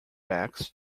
backs